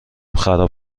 خراب